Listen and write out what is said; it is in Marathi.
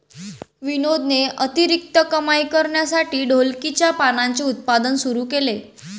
विनोदने अतिरिक्त कमाई करण्यासाठी ढोलकीच्या पानांचे उत्पादन सुरू केले